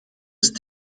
ist